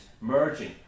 merging